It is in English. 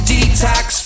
Detox